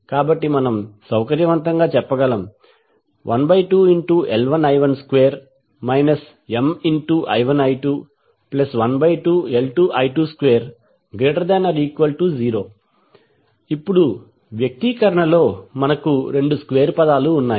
కాబట్టి మనం సౌకర్యవంతంగా చెప్పగలం 12L1i12 Mi1i212L2i22≥0 ఇప్పుడు వ్యక్తీకరణలో మనకు రెండు స్క్వేర్ పదాలు ఉన్నాయి